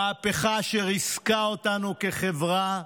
מהפכה שריסקה אותנו כחברה,